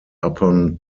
upon